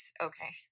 Okay